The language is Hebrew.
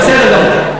בסדר גמור.